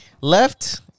Left